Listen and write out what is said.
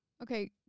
Okay